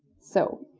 so.